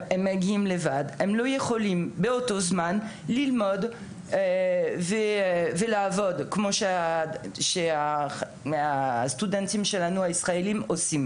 הם לא יכולים באותו הזמן ללמוד ולעבוד כמו שהסטודנטים הישראלים עושים.